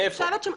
מאיפה?